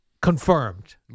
confirmed